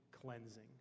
cleansing